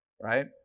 right